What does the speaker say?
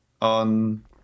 on